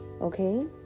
okay